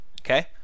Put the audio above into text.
Okay